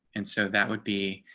and so that would be